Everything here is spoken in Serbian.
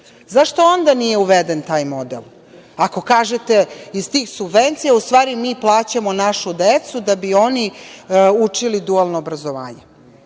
Zašto onda nije uveden taj model, ako kažete da iz tih subvencija u stvari mi plaćamo našu decu da bi oni učili dualno obrazovanje? Šta